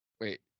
Wait